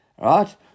right